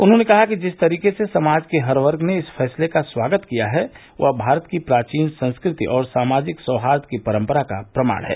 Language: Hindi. उन्होंने कहा कि जिस तरीके से समाज के हर वर्ग ने इस फैसले का स्वागत किया है वह भारत की प्राचीन संस्कृति और सामाजिक सौहाई की परम्परा का प्रमाण है